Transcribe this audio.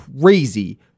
crazy